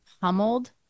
pummeled